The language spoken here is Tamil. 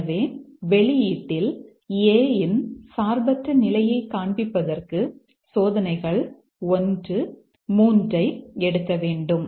எனவே வெளியீட்டில் A இன் சார்பற்ற நிலையை காண்பிப்பதற்கு சோதனைகள் 1 3 ஐ எடுக்க வேண்டும்